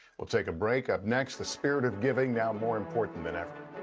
we'll take a break. up next, the spirit of giving now more important than eve